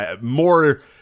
more